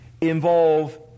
involve